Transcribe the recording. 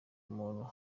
umuntu